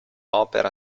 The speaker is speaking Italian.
opera